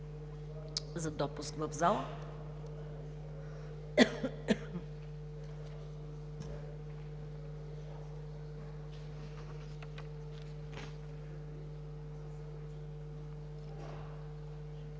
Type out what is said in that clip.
за допуск в залата.